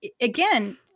again